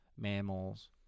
mammals